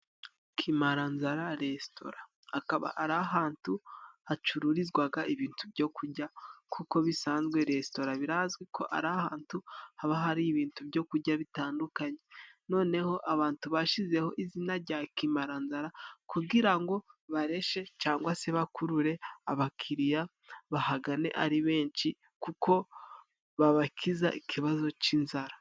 Kimaranzara resitora, akaba ari ahantu hacururizwa ibintu byo kurya, nkuko bisanzwe resitora birazwi ko ari ahantu haba hari ibintu byo kurya bitandukanye, noneho abantu bashyizeho izina rya kimaranzara, kugira ngo bareshye cyangwa se bakurure abakiriya bahagane ari benshi, kuko babakiza ikibazo cy'inzara.